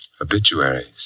Obituaries